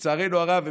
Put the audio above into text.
לצערנו הרב,